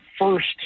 first